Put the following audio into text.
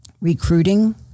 recruiting